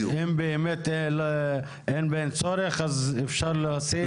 אם באמת אין בהן צורך, אז אפשר להסיר.